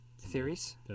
Theories